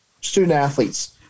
student-athletes